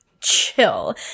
chill